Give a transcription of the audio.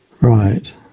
Right